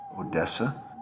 Odessa